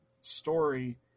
story